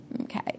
Okay